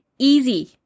Easy